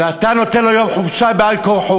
ואתה נותן לו יום חופשה על כורחו,